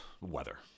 weather